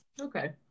Okay